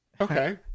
Okay